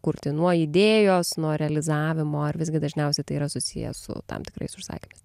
kurti nuo idėjos nuo realizavimo ar visgi dažniausiai tai yra susiję su tam tikrais užsakymais